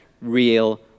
real